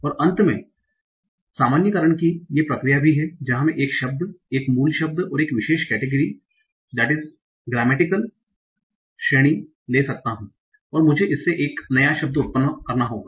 और अंत में सामान्यीकरण की ये प्रक्रिया भी है जहां मैं एक शब्द एक मूल शब्द और एक विशेष ग्रेमेटिकल कैटेगरी grammatical category व्याकरणिक श्रेणी ले सकता हूं और मुझे इससे एक नया शब्द उत्पन्न करना होगा